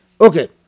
Okay